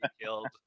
killed